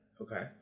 Okay